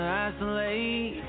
isolate